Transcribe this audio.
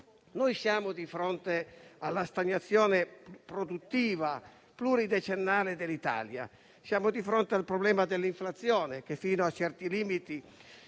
che siamo di fronte alla stagnazione produttiva pluridecennale dell'Italia. Siamo di fronte al problema dell'inflazione che, fino a certi limiti,